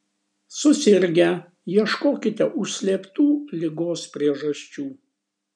susirgę ieškokite užslėptų ligos priežasčių